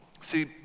See